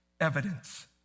evidence